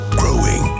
growing